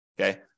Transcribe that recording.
Okay